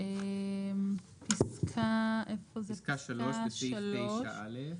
פסקה 3 סעיף 9(א).